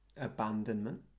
abandonment